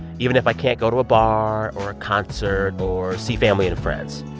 even if i can't go to a bar or a concert or see family and friends.